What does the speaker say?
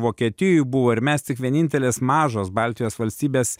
vokietijoj buvo ir mes tik vienintelės mažos baltijos valstybės